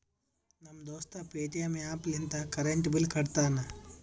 ನಮ್ ದೋಸ್ತ Paytm app ಲಿಂತೆ ಕರೆಂಟ್ ಬಿಲ್ ಕಟ್ಟತಾನ್